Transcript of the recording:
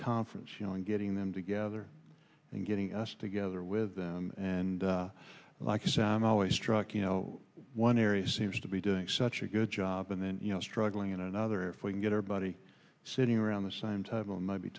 conference you know and getting them together and getting us together with them and like you say i'm always struck you know one area seems to be doing such a good job and then you know struggling in another if we can get everybody sitting around the same time on might be